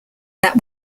that